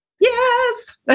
Yes